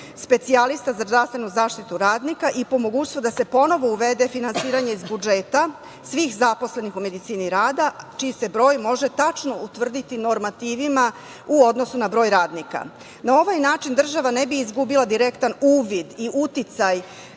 specijalista za zaštitu radnika i po mogućnosti da se ponovo uvede finansiranje iz budžeta svih zaposlenih u medicini rada čiji se broj može tačno utvrditi normativima u odnosu na broj radnika. Na ovaj način država ne bi izgubila direktan uvid i uticaj,